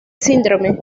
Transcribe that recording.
síndrome